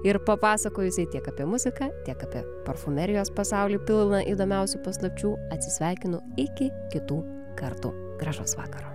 ir papasakojusiai tiek apie muziką tiek apie parfumerijos pasaulį pilną įdomiausių paslapčių atsisveikinu iki kitų kartų gražaus vakaro